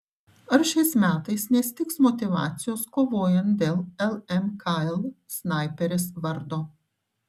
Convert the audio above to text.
ar šiais metais nestigs motyvacijos kovojant dėl lmkl snaiperės vardo